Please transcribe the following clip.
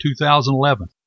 2011